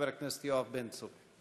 חבר הכנסת יואב בן צור.